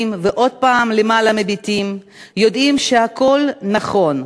ועוד פעם למעלה מביטים / יודעים שהכול נכון,